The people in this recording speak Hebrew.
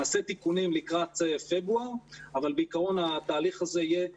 נעשה תיקונים לקראת פברואר אבל בעיקרון התהליך הזה יהיה מופחת,